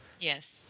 Yes